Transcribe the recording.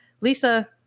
Lisa